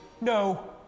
No